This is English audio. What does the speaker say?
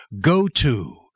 go-to